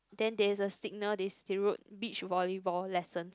then there is a signal this they wrote beach volleyball lessons